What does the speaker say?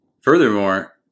Furthermore